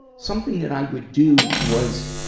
something that i would do was,